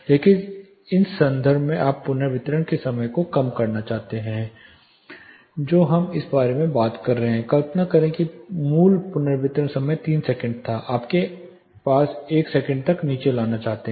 इसलिए इस संदर्भ में यदि आप पुनर्वितरण के समय को कम करना चाहते हैं तो हम जिस बारे में बात कर रहे हैं कल्पना करें कि मूल पुनर्वितरण समय 3 सेकंड था आप इसे 1 सेकंड तक नीचे लाना चाहते हैं